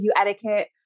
etiquette